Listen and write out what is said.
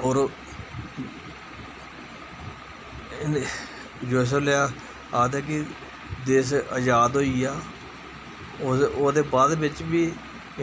होर जिसलै आखदे कि देश आज़ाद होई गेआ ओह्दे बाद बी